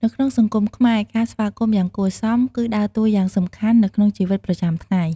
នៅក្នុងសង្គមខ្មែរ ការស្វាគមន៍យ៉ាងគួរសម គឺដើរតួយ៉ាងសំខាន់នៅក្នុងជីវិតប្រចាំថ្ងៃ។